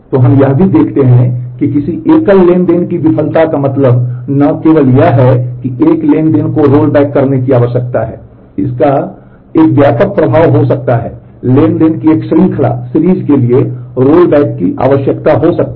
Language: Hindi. अब हम यह भी देखते हैं कि किसी एकल ट्रांज़ैक्शन की विफलता का मतलब न केवल यह है कि एक ट्रांज़ैक्शन को रोलबैक के लिए रोलबैक की आवश्यकता हो सकती है